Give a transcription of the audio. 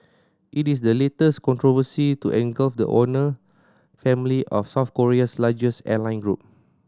it is the latest controversy to engulf the owner family of South Korea's largest airline group